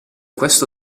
questo